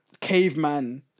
Caveman